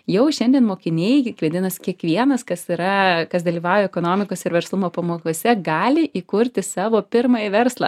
jau šiandien mokiniai vadinas kiekvienas kas yra kas dalyvauja ekonomikos ir verslumo pamokose gali įkurti savo pirmąjį verslą